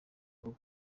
ngo